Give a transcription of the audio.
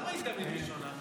למה היא תמיד ראשונה?